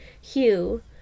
Hugh